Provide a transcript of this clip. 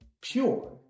pure